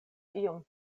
iom